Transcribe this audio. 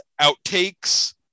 outtakes